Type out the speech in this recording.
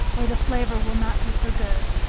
or the flavor will not be so good,